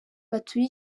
batuye